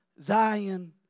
Zion